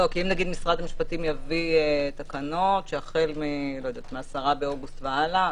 אם נניח משרד המשפטים יביא תקנות שהחל מ-10 באוגוסט והלאה,